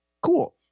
cool